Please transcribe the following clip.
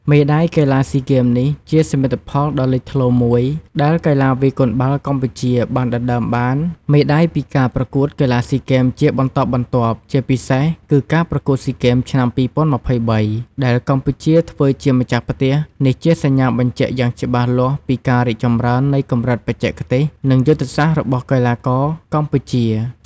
មេដាយកីឡាស៊ីហ្គេមនេះជាសមិទ្ធផលដ៏លេចធ្លោមួយ ដែលកីឡាវាយកូនបាល់កម្ពុជាបានដណ្ដើមបាន មេដាយពីការប្រកួតកីឡាស៊ីហ្គេមជាបន្តបន្ទាប់ ជាពិសេសគឺការប្រកួតស៊ីហ្គេមឆ្នាំ ២០២៣ ដែលកម្ពុជាធ្វើជាម្ចាស់ផ្ទះ។ នេះជាសញ្ញាបញ្ជាក់យ៉ាងច្បាស់លាស់ពីការរីកចម្រើននៃកម្រិតបច្ចេកទេស និងយុទ្ធសាស្ត្ររបស់កីឡាករកម្ពុជា។